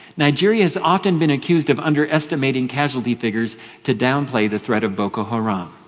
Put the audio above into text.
nigeria has often been accused of under estimating casualty figures to downplay the threat of boko haram.